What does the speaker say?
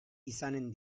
izanen